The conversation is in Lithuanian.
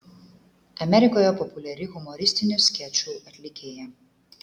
amerikoje populiari humoristinių skečų atlikėja